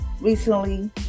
recently